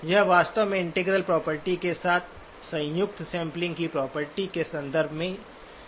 यह वास्तव में इंटीग्रल प्रॉपर्टी के साथ संयुक्त सैंपलिंग की प्रॉपर्टी के संदर्भ में कहा गया है